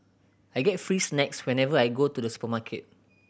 I get free snacks whenever I go to the supermarket